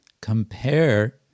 compare